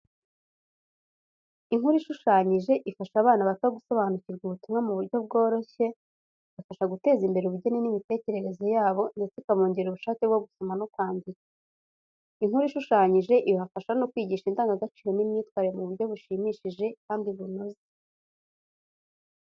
Inkuru ishushanyije ifasha abana bato gusobanukirwa ubutumwa mu buryo byoroshye, igafasha guteza imbere ubugeni n’imitekerereze yabo ndetse ikabongerera ubushake bwo gusoma no kwandika. Inkuru ishushanyije ibafasha no kwigisha indangagaciro n’imyitwarire mu buryo bushimishije kandi bunoze.